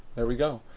there we go.